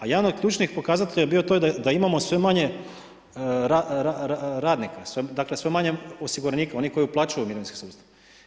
A jedan od ključnih pokazatelja je bio to da imamo sve manje radnika, dakle sve manje osiguranika onih koji uplaćuju u mirovinski sustav.